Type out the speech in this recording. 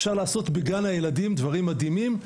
אפשר לעשות בגן הילדים דברים מדהימים,